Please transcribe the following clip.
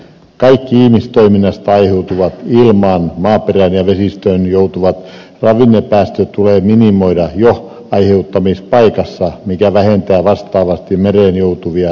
kaikki ihmistoiminnasta aiheutuvat ilmaan maaperään ja vesistöön joutuvat ravinnepäästöt tulee minimoida jo aiheuttamispaikassa mikä vähentää vastaavasti mereen joutuvia ravinteita